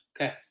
Okay